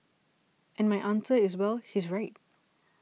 and my answer is well he's right